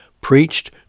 preached